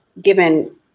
given